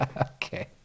okay